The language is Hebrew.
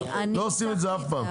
לא עושים את זה אף פעם.